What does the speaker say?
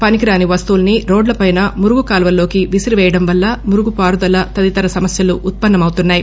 పనికి రాని వస్తువులని రోడ్లపైన మురుగుకాల్వల్లోకి విసిరిపేయడం వల్ల మురుగు పారుదల తదితర సమస్యలు ఉత్పన్న మవుతున్నాయి